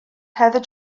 heather